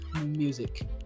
music